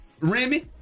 Remy